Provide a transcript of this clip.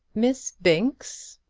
miss binks?